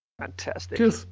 Fantastic